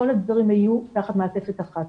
כל הדברים היו תחת מעטפת אחת.